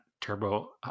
turbo